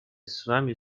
tsunami